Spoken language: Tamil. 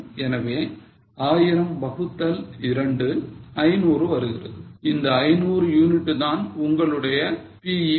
எனவே 1000 வகுத்தல் 2 500 வருகிறது இந்த 500 யூனிட் தான் உங்களுடைய BEP ok